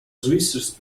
swiss